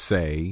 Say